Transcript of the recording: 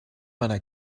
meiner